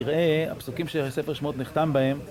נראה הפסוקים של ספר שמות נחתם בהם